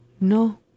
no